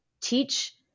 teach